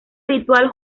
ritual